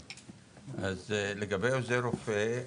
לגבי עוזר רופא,